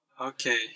Okay